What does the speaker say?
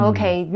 Okay